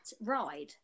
ride